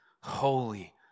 holy